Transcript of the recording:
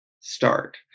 start